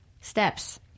steps